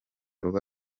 ruba